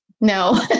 no